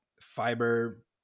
fiber